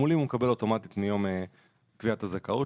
תגמולים הוא מקבל אוטומטית מיום קביעת הזכאות.